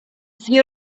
свій